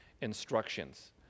instructions